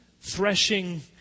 threshing